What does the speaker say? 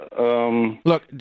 Look